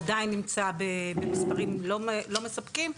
הוא עדיין נמצא במספרים לא מספקים,